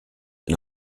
and